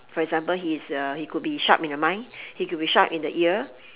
for example he is uh he could be sharp in the mind he could be sharp in the ear